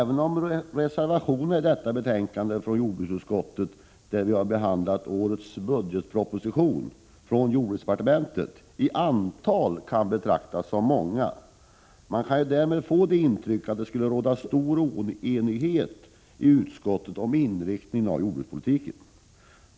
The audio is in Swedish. Herr talman! Reservationerna till detta betänkande från jordbruksutskottet, där vi har behandlat årets budgetproposition såvitt avser jordbruksdepartementet, kan i antal betraktas som många. Man kan därmed få intrycket att det skulle råda stor oenighet i utskottet om inriktningen av jordbrukspolitiken.